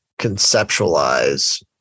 conceptualize